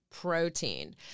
Protein